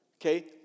Okay